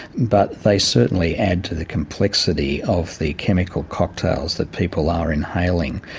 but they certainly add to the complexity of the chemical cocktails that people are inhaling.